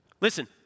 Listen